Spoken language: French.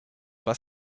pas